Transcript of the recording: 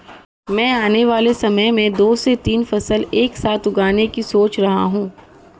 मैं आने वाले समय में दो से तीन फसल एक साथ उगाने की सोच रहा हूं